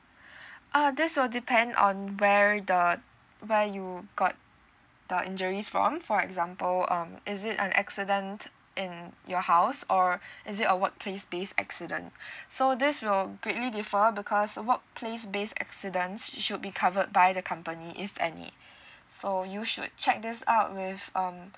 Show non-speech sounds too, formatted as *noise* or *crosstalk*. *breath* uh that's all depend on where the where you got the injuries from for example um is it an accident in your house or is it a workplace based accident *breath* so this will greatly differ because a workplace based accidents should be covered by the company if any so you should check this out with um